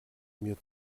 mir